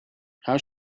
how